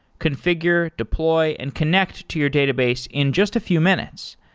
configure, deploy and connect to your database in just a few minutes.